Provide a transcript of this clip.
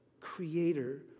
creator